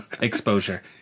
exposure